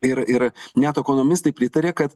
ir ir net okonomistai pritaria kad